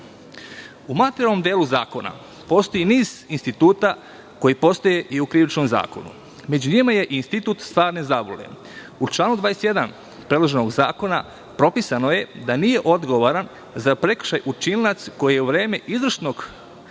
U materijalnom delu zakona postoji niz instituta koji postoje i u Krivičnom zakoniku. Među njima je i institut stvarne zablude. U članu 21. predloženog zakona propisano je da nije odgovoran za prekršaj učinilac koji je u vreme izvršenog